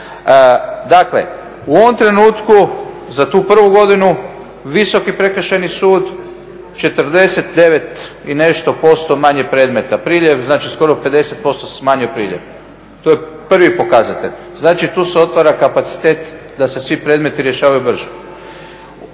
Dakle, u ovom trenutku za tu prvu godinu Visoki prekršajni sud 49 i nešto posto manje predmeta, priljev znači skoro 50% se smanjuje priljev. To je prvi pokazatelj, znači tu se otvara kapacitet da se svi predmeti rješavaju brže.